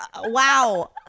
wow